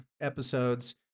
episodes